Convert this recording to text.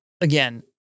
Again